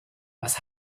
was